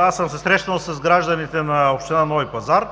аз съм се срещнал с гражданите на община Нови пазар